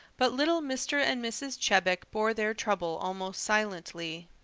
but little mr. and mrs. chebec bore their trouble almost silently.